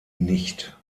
nicht